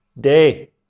day